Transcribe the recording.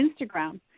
Instagram